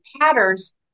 patterns